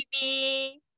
baby